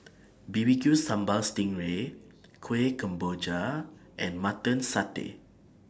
B B Q Sambal Sting Ray Kuih Kemboja and Mutton Satay